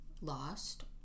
lost